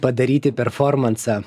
padaryti performansą